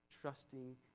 trusting